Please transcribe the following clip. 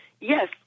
Yes